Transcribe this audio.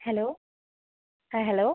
hello ആ hello